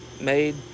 made